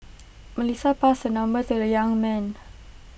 Melissa passed her number to the young man